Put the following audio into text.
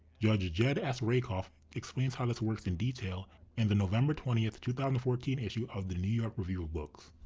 judge jed s. rakoff explains how this works in detail in the november twentieth two thousand and fourteen issue of the new york review of books,